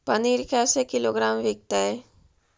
पनिर कैसे किलोग्राम विकतै?